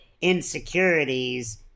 insecurities